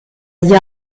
agli